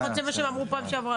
לפחות זה מה שהם אמרו פעם שעברה.